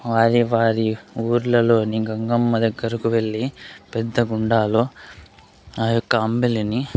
వారి వారి ఊర్లలోని గంగమ్మ దగ్గరకు వెళ్ళి పెద్ద గుండాలో ఆ యొక్క అంబిలిని